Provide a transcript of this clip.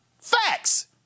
Facts